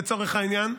לצורך העניין,